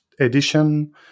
edition